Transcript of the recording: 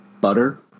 Butter